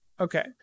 Okay